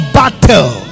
battle